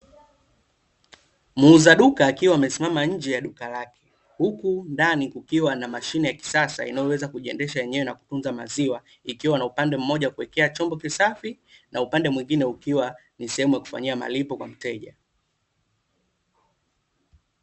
Muuza duka akiwa amesimama nje ya duka lake. Huku ndani kukiwa na mashine ya kisasa inayoweza kujiendesha yenyewe na kutunza maziwa, ikiwa na upande mmoja wa kuwekea chombo kisafi na upande mwingine ukiwa ni sehemu ya kufanyia malipo kwa mteja.